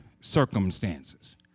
circumstances